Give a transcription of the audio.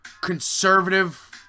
conservative